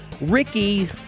Ricky